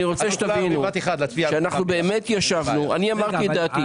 אני אמרתי את דעתי.